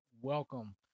welcome